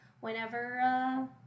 whenever